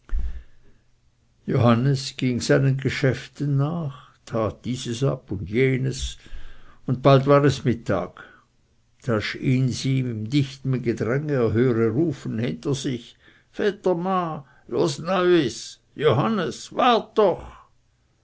johannes ging seinen geschäften nach tat dieses ab und jenes und bald war es mittag da schiens ihm in dichtem gedränge er höre rufen hinter sich vetterma los neuis johannes wart doch